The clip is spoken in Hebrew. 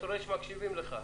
אתה רואה שמקשיבים לך,